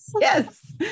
Yes